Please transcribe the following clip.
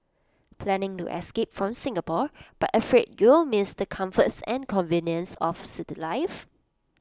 planning to escape from Singapore but afraid you'll miss the comforts and conveniences of city life